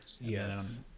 Yes